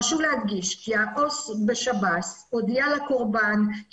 חשוב להדגיש שהעו"ס בשב"ס הודיע לקורבן עי